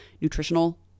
nutritional